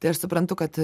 tai aš suprantu kad